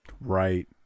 Right